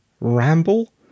ramble